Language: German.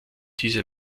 diese